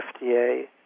FDA